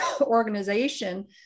organization